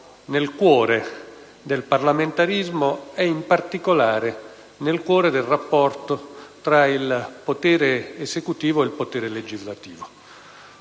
nel cuore del parlamentarismo e, in particolare, nel cuore del rapporto tra il potere esecutivo e il potere legislativo.